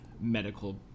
medical